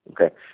Okay